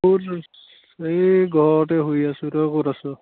ক'ত এই ঘৰতে শুই আছোঁ তই ক'ত আছ